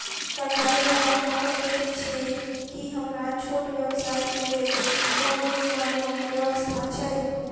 कढ़ाई वला कापड़ बेचै छीयै की हमरा छोट व्यवसाय केँ लेल कोनो ऋण वा लोन व्यवस्था छै?